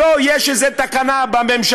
לא, יש איזה תקנה בממשלה.